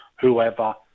whoever